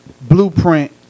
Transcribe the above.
blueprint